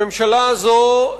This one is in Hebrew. הממשלה הזאת,